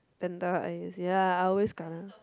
panda eye ya I always kena